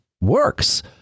works